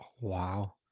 Wow